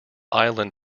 island